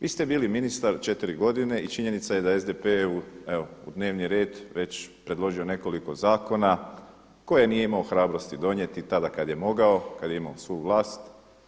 Vi ste bili ministar četiri godine i činjenica je da SDP evo u dnevni red već predložio nekoliko zakona koje nije imao hrabrosti donijeti tada kad je mogao, kad je imao svu vlast.